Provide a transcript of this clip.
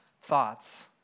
thoughts